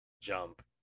jump